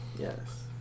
Yes